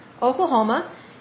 Oklahoma